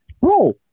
Bro